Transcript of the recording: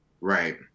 Right